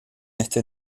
este